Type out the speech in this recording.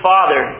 Father